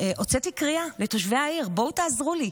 הוצאתי קריאה לתושבי העיר: בואו תעזרו לי,